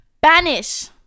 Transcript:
banish